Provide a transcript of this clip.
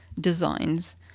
designs